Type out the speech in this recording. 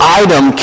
item